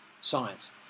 science